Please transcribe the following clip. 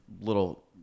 little